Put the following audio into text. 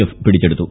F പിടിച്ചെടുത്തു